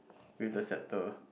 with the scepter